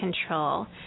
Control